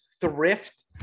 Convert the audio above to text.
thrift